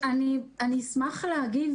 אני אשמח להגיב.